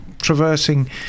Traversing